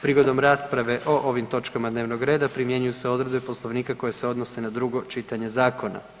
Prigodom rasprave o ovim točkama dnevnog reda primjenjuju se odredbe Poslovnika koje se odnose na drugo čitanje zakona.